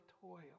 toil